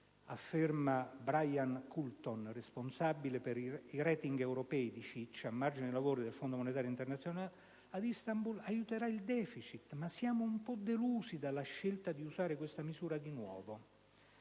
afferma Brian Coulton, responsabile per i *rating* europei di Fitch, a margine dei lavori del Fondo monetario internazionale a Istanbul, «aiuterà il deficit, ma siamo un po' delusi dalla scelta di usare di nuovo